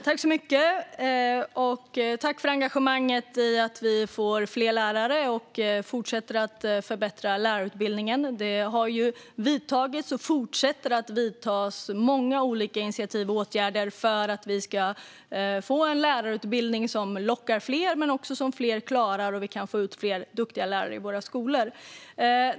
Fru talman! Tack för engagemanget i att vi ska få fler lärare och fortsätta att förbättra lärarutbildningen! Det har vidtagits och fortsätter att vidtas många olika åtgärder och initiativ för att vi ska få en lärarutbildning som lockar fler men som fler också klarar av så att vi kan få ut fler duktiga lärare i våra skolor.